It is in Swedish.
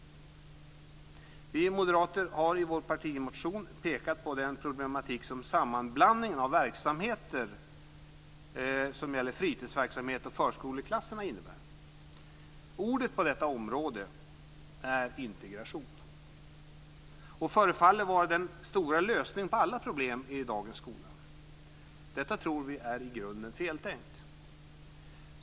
Vi moderater har i vår partimotion pekat på den problematik som sammanblandning av verksamheterna fritidsverksamhet och förskoleklasserna innebär. Ordet på detta område är integration och förefaller vara den stora lösningen på alla problem i skolan. Detta tror vi är i grunden feltänkt.